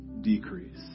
Decrease